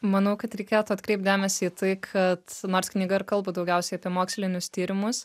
manau kad reikėtų atkreipt dėmesį į tai kad nors knyga ir kalba daugiausiai apie mokslinius tyrimus